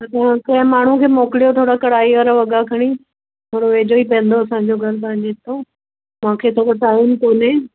त तव्हां कंहिं माण्हूअ खे मोकिलियो थोरो कढ़ाई वारा वॻा खणी थोरो वेझो ई पवंदो असांजो घरु तव्हांजे हितां मांखे थोरो टाइम कोन्हे